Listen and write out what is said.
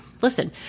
Listen